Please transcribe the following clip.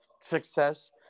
success